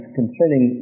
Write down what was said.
concerning